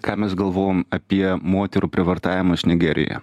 ką mes galvojam apie moterų prievartavimus nigerijoje